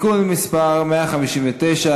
27,